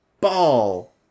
ball